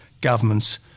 government's